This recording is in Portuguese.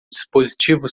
dispositivo